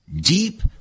deep